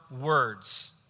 words